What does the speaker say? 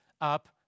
up